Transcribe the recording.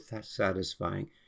satisfying